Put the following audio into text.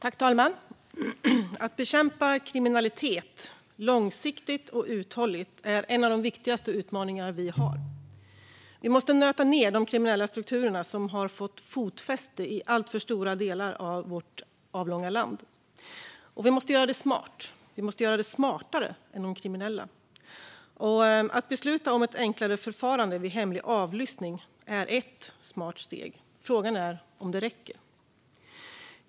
Fru talman! Att bekämpa kriminalitet, långsiktigt och uthålligt, är en av de viktigaste utmaningarna vi har. Vi måste nöta ned de kriminella strukturer som har fått fotfäste i alltför stora delar av vårt avlånga land. Vi måste göra det smart - vi måste göra det smartare än de kriminella. Att besluta om ett enklare förfarande vid hemlig avlyssning är ett smart steg. Frågan är om det räcker.